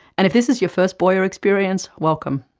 and if this is your first boyer experience, welcome.